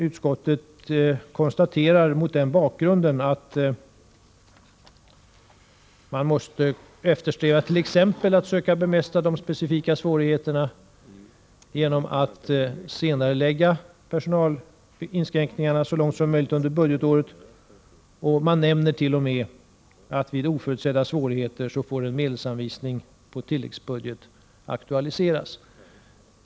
Utskottet konstaterar mot den bakgrunden att man måste eftersträva t.ex. att bemästra de specifika svårigheterna genom att under budgetåret senarelägga personalinskränkningar så långt som möjligt. Utskottet nämner t.o.m. att vid oförutsedda svårigheter en medelsanvisning på tilläggsbudget får aktualiseras.